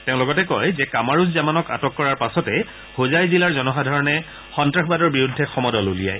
তেওঁ লগতে কয় যে কামাৰূজ জামানক আটক কৰাৰ পাছতে হোজাই জিলাৰ জনসাধাৰণে সন্তাসবাদৰ বিৰুদ্ধে সমদল উলিয়ায়